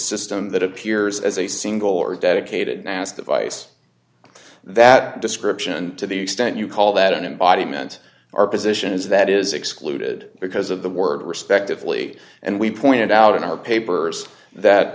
system that appears as a single or dedicated ask advice that description to the extent you call that an embodiment our position is that is excluded because of the word respectively and we pointed out in our papers that